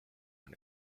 and